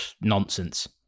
Nonsense